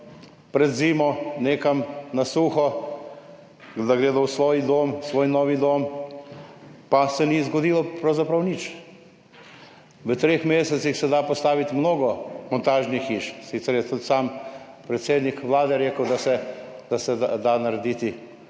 pred zimo nekam na suho, da gredo v svoj dom, svoj novi dom pa se ni zgodilo pravzaprav nič. V treh mesecih se da postaviti mnogo montažnih hiš. Sicer je tudi sam predsednik vlade rekel, da se narediti,